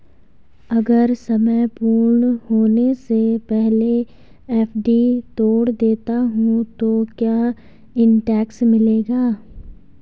अगर समय पूर्ण होने से पहले एफ.डी तोड़ देता हूँ तो क्या इंट्रेस्ट मिलेगा?